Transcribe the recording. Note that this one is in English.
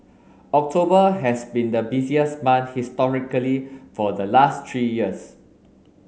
October has been the busiest month historically for the last three years